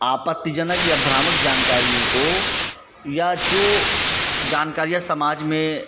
आपत्तिजनक या भ्रामक जानकारियों को या जो जानकारियाँ समाज में